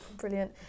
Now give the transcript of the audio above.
Brilliant